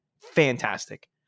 Fantastic